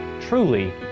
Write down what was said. Truly